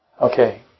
Okay